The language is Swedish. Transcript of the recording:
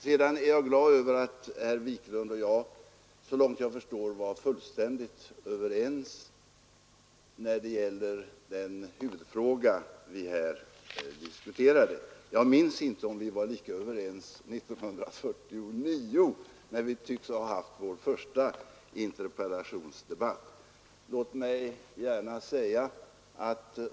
Jag är glad över att herr Wiklund i Stockholm och jag såvitt jag förstår är fullständigt överens om den huvudfråga vi här diskuterar. Jag minns inte om vi var lika överens 1949, när vi tycks ha haft vår första interpellationsdebatt.